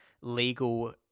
legal